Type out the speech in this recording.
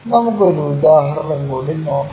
നമുക്ക് ഒരു ഉദാഹരണം കൂടി നോക്കാം